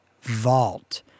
vault